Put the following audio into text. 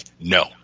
no